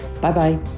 Bye-bye